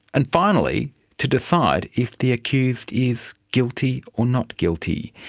and finally to decide if the accused is guilty or not guilty.